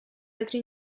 altri